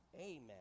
Amen